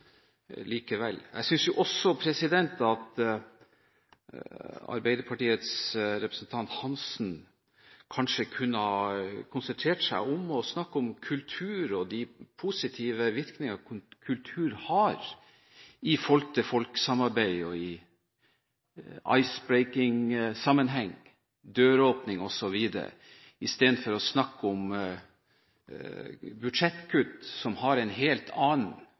likevel. Jeg synes også at Arbeiderpartiets representant Svein Roald Hansen kanskje kunne ha konsentrert seg om å snakke om kultur og de positive virkningene kultur har i folk-til-folk-samarbeidet og i «icebreaking»-sammenheng, døråpning osv., istedenfor å snakke om budsjettkutt som har en helt annen